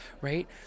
right